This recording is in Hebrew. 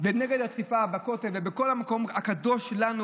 ונגד התקיפה בכותל הקדוש שלנו,